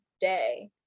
day